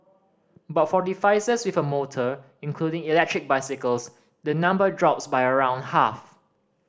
but for devices with a motor including electric bicycles the number drops by around half